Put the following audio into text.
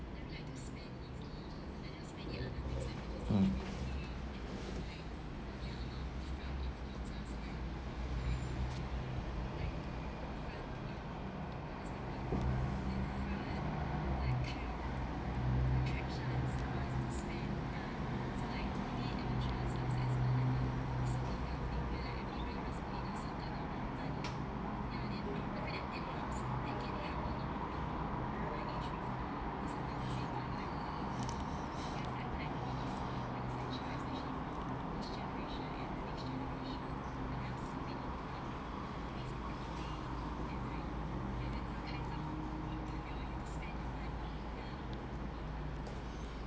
mm